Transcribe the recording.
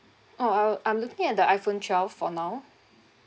oh I I'm looking at the iphone twelve for now